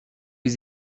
les